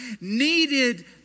needed